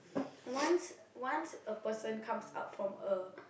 once once a person comes out from a